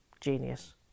Genius